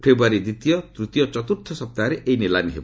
ଫେବୃଆରୀ ଦ୍ୱିତୀୟ ତୃତୀୟ ଓ ଚତୁର୍ଥ ସପ୍ତାହରେ ଏହି ନିଲାମି ହେବ